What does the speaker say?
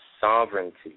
sovereignty